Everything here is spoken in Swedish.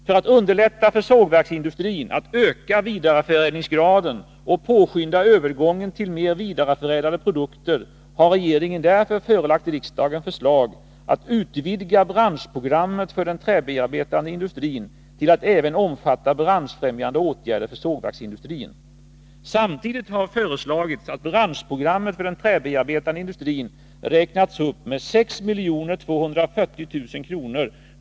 För att underlätta för sågverksindustrin att öka vidareförädlingsgraden och påskynda övergången till mer vidareförädlade produkter har regeringen därför förelagt riksdagen förslag att utvidga branschprogrammet för den träbearbetande industrin till att även omfatta branschfrämjande åtgärder för sågverksindustrin. Samtidigt har föreslagits att branschprogrammet för den träbearbetande industrin räknas upp med 6 240 000 kr.